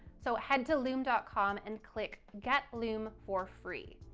so head to loom dot com and click get loom for free.